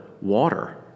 water